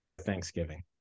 Thanksgiving